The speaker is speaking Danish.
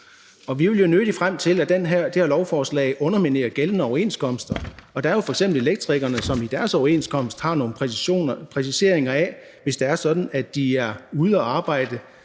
vi vil jo nødig frem til, at det her lovforslag underminerer gældende overenskomster. Der er jo f.eks. elektrikerne, som i deres overenskomst har nogle præciseringer, i forhold til at hvis de er ude at arbejde,